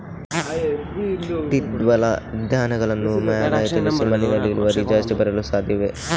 ದ್ವಿದಳ ಧ್ಯಾನಗಳನ್ನು ಮೇಲೆ ತಿಳಿಸಿ ಮಣ್ಣಿನಲ್ಲಿ ಇಳುವರಿ ಜಾಸ್ತಿ ಬರಲು ಸಾಧ್ಯವೇ?